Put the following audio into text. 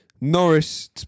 Norris